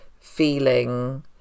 feeling